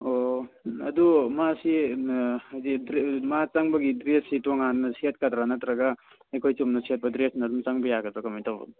ꯑꯣ ꯑꯗꯨ ꯃꯥꯁꯤ ꯍꯥꯏꯗꯤ ꯃꯥ ꯆꯪꯕꯒꯤ ꯗ꯭ꯔꯦꯁꯁꯤ ꯇꯣꯉꯥꯟꯅ ꯁꯦꯠꯀꯗ꯭ꯔ ꯅꯠꯇ꯭ꯔꯒ ꯑꯩꯈꯣꯏ ꯆꯨꯝꯅ ꯁꯦꯠꯄ ꯗ꯭ꯔꯦꯁꯇꯨꯅ ꯑꯗꯨꯝ ꯆꯪꯕ ꯌꯥꯒꯗ꯭ꯔꯣ ꯀꯃꯥꯏ ꯇꯧꯕ